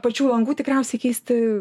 pačių langų tikriausiai keisti